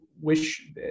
wish